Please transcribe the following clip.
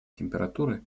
температуры